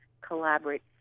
collaborate